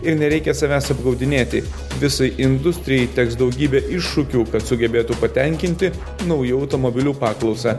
ir nereikia savęs apgaudinėti visai industrijai teks daugybė iššūkių kad sugebėtų patenkinti naujų automobilių paklausą